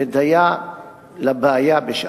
ודיה לבעיה בשעתה.